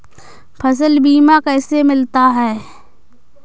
फसल बीमा कैसे मिलता है?